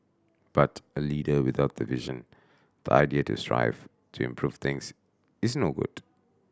but a leader without vision the idea to strive to improve things is no good